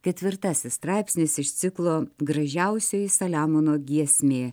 ketvirtasis straipsnis iš ciklo gražiausioji saliamono giesmė